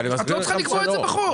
את לא צריכה לקבוע את זה בחוק.